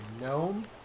gnome